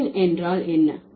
gen என்றால் என்ன